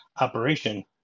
operation